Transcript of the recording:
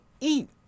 eat